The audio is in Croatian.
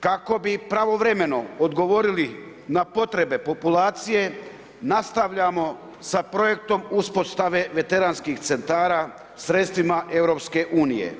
Kako bi pravovremeno odgovorili na potrebe populacije, nastavljamo sa projektom uspostave veteranskih sredstava sredstvima EU.